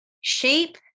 sheep